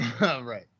right